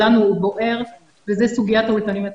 שלנו הוא בוער וזה סוגיית האולפנים התעסוקתיים.